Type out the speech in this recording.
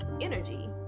energy